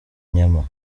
nyama